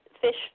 fish